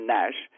Nash